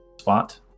spot